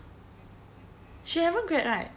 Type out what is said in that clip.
she haven't grad right